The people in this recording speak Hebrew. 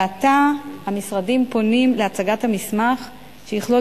ועתה המשרדים פונים להצגת המסמך שיכלול